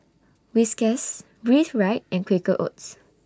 Whiskas Breathe Right and Quaker Oats